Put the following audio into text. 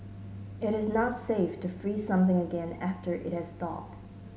it is not safe to freeze something again after it has thawed